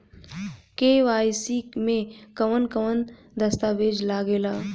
KYC में कवन कवन दस्तावेज लागे ला?